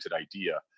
idea